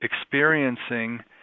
experiencing